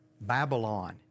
Babylon